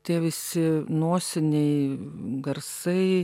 tie visi nosiniai garsai